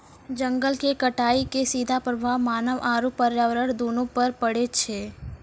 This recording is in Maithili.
जंगल के कटाइ के सीधा प्रभाव मानव आरू पर्यावरण दूनू पर पड़ै छै